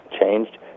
changed